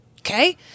Okay